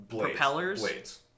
Propellers